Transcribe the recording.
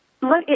look